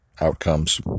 outcomes